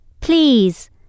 please